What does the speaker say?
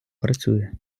працює